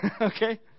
Okay